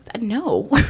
no